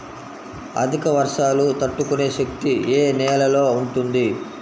అధిక వర్షాలు తట్టుకునే శక్తి ఏ నేలలో ఉంటుంది?